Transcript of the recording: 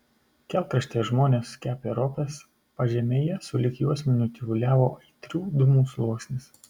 kelkraštyje žmonės kepė ropes pažemėje sulig juosmeniu tyvuliavo aitrių dūmų sluoksnis